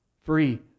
Free